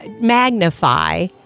magnify